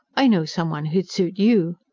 i know some one who'd suit you.